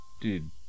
Dude